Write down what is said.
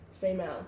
female